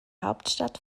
hauptstadt